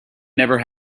never